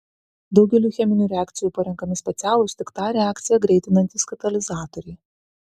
daugeliui cheminių reakcijų parenkami specialūs tik tą reakciją greitinantys katalizatoriai